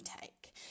take